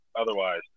Otherwise